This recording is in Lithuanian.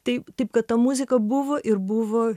tai taip kad ta muzika buvo ir buvo